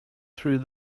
through